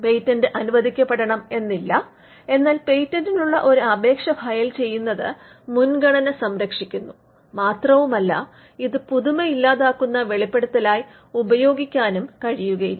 patent അനുവദിക്കപ്പെടണം എന്നില്ല എന്നാൽ പേറ്റന്റിനുള്ള ഒരു അപേക്ഷ ഫയൽ ചെയ്യുന്നത് മുൻഗണന സംരക്ഷിക്കുന്നു മാത്രവുമല്ല ഇത് പുതുമ ഇല്ലാതാക്കുന്ന വെളിപ്പെടുത്തലായി ഉപയോഗിക്കാനും കഴിയില്ല